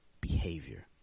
behavior